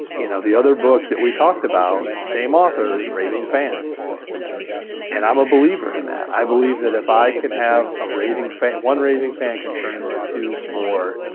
you know the other book that we talked about, same author is raving fans and i'm a believer in that. i believe that if i can have a raving fan, one raving fan can turn into two, four,